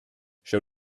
show